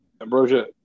Ambrosia